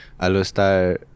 Alostar